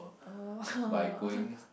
oh